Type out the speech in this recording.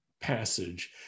passage